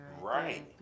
right